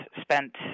spent